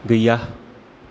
गैया